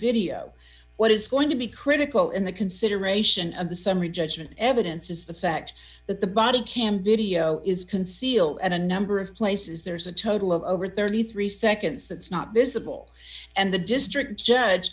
video what is going to be critical in the consideration of the summary judgment evidence is the fact that the body cam video is conceal and a number of places there's a total of over thirty three seconds that's not visible and the district judge